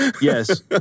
Yes